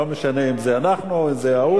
לא משנה אם זה אנחנו או זה ההוא.